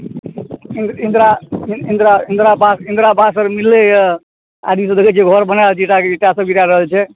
इंदरा इंदरा इंदरा वास आर मिललै हैं आर ईसब देखै छियै घर बना रहल छै ईंटा सब गिरा रहल छै